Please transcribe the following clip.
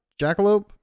Jackalope